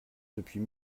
depuis